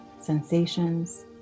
sensations